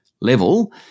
level